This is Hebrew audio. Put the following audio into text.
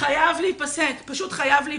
חייב להיפסק, פשוט חייב להיפסק.